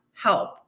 help